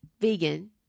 vegan